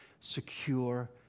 secure